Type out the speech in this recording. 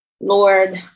Lord